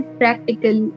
practical